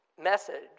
message